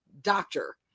doctor